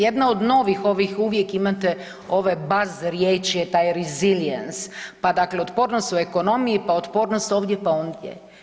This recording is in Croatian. Jedna od novih ovih uvijek imate ovaj baz riječ je taj reziliens, pa dakle otpornost u ekonomiji, pa otpornost ovdje pa ondje.